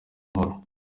nkuru